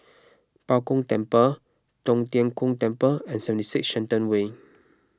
Bao Gong Temple Tong Tien Kung Temple and seventy six Shenton Way